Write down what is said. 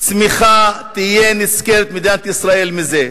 צמיחה תהיה מדינת ישראל נשכרת מזה.